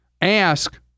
ask